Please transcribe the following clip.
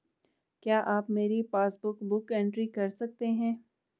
क्या आप मेरी पासबुक बुक एंट्री कर सकते हैं?